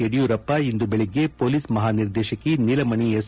ಯಡಿಯೂರಪ್ಪ ಇಂದು ಬೆಳಗ್ಗೆ ಪೊಲೀಸ್ ಮಹಾ ನಿರ್ದೇಶಕಿ ನೀಲಮಣಿ ಎಸ್